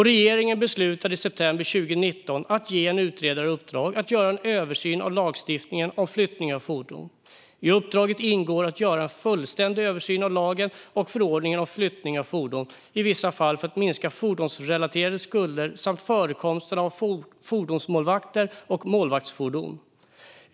Regeringen beslutade i september 2019 att ge en utredare i uppdrag att göra en översyn av lagstiftningen om flyttning av fordon. I uppdraget ingår att göra en fullständig översyn av lagen och förordningen om flyttning av fordon i vissa fall, för att minska fordonsrelaterade skulder samt förekomsten av fordonsmålvakter och målvaktsfordon.